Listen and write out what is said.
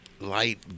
light